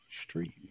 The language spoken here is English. street